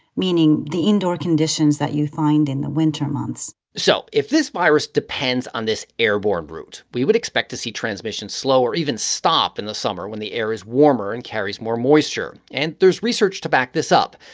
meaning the indoor conditions that you find in the winter months so if this virus depends on this airborne route, we would expect to see transmission slow or even stop in the summer when the air is warmer and carries more moisture. and there's research to back this up.